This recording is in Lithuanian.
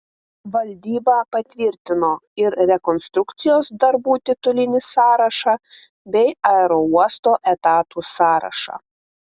valdyba patvirtino ir rekonstrukcijos darbų titulinį sąrašą bei aerouosto etatų sąrašą